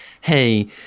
hey